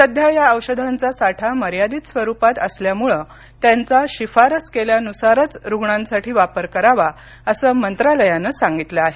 सध्या या औषधांचा साठा मर्यादित स्वरुपात असल्यामुळे त्यांचा शिफारस केल्यानुसारच रुग्णांसाठी वापर करावा असं मंत्रालयानं सांगितलं आहे